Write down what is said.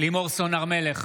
לימור סון הר מלך,